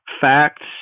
facts